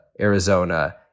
Arizona